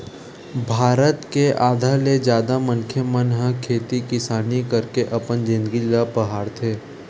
भारत के आधा ले जादा मनखे मन ह खेती किसानी करके अपन जिनगी ल पहाथे